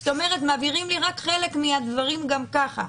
זאת אומרת, מעבירים לי רק חלק מהדברים גם ככה.